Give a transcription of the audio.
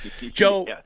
Joe